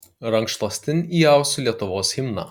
rankšluostin įausiu lietuvos himną